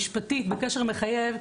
משפטית בקשר מחייב,